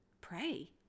pray